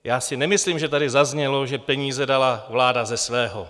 Já si nemyslím, že tady zaznělo, že peníze dala vláda ze svého.